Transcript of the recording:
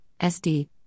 SD